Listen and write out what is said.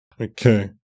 okay